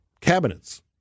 cabinets